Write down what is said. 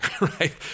right